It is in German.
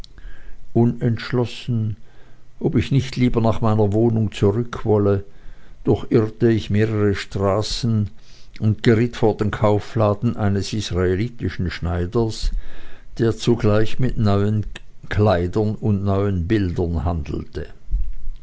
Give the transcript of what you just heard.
unentschlossen ob ich nicht lieber nach meiner wohnung zurück wolle durchirrte ich mehrere straßen und geriet vor den kaufladen eines israelitischen schneiders der zugleich mit neuen kleidern und mit neuen bildern handelte